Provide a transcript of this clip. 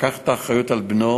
לקח את האחריות על בנו,